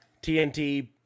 tnt